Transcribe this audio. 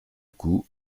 coup